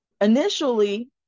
initially